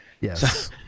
Yes